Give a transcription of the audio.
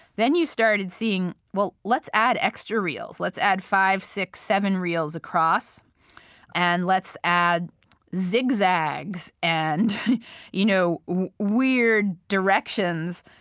then you started seeing, well, let's add extra reels. let's add five, six, seven reels across and let's add zigzags and you know weird directions.